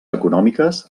econòmiques